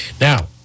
Now